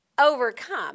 overcome